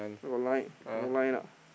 where got line no line lah